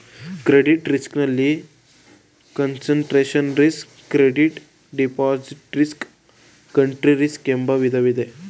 credit risk ನಲ್ಲಿ concentration risk, credit default risk, country risk ಎಂಬ ವಿಧಗಳಿವೆ